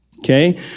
Okay